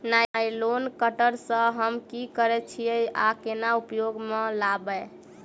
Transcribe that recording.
Nylon cutter सँ हम की करै छीयै आ केना उपयोग म लाबबै?